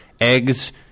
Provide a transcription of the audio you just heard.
eggs